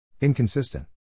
Inconsistent